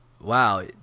Wow